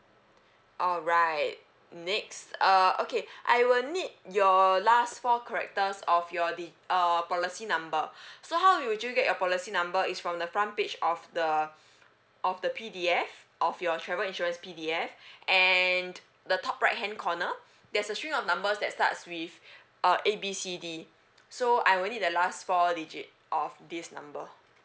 alright next uh okay I will need your last four characters of your de~ uh policy number so how would you get your policy number is from the front page of the of the P_D_F of your travel insurance P_D_F and the top right hand corner there's a string of numbers that starts with uh A B C D so I will need the last four digit of this number